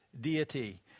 deity